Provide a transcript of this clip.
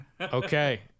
Okay